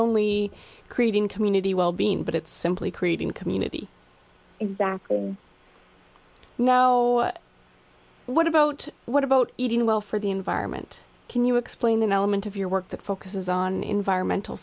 only creating community wellbeing but it's simply creating community exactly no what about what about eating well for the environment can you explain the moment of your work that focuses on environmental